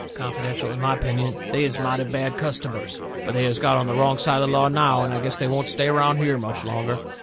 confidential. in my opinion they is mighty bad customers. but they has got on the wrong side of the law now, and i guess they won't stay around here much longer.